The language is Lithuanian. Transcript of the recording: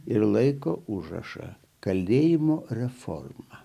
ir laiko užrašą kalbėjimo reforma